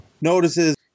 notices